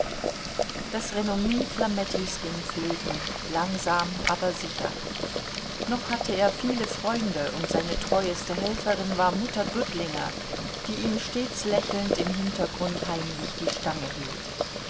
das renommee flamettis ging flöten langsam aber sicher noch hatte er viele freunde und seine treueste helferin war mutter dudlinger die ihm stets lächelnd im hintergrund heimlich die stange hielt